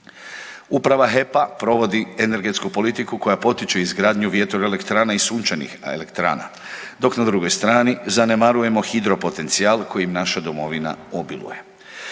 Uprava HEP-a provodi energetsku politiku koja potiče izgradnju vjetroelektrana i sunčanih elektrana dok na drugoj strani zanemarujemo hidropotencijal kojim naša domovina obiluje.